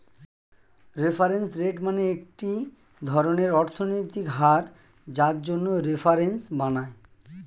reference rate মানে একটি ধরনের অর্থনৈতিক হার যার জন্য রেফারেন্স বানায়